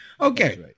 Okay